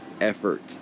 effort